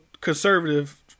conservative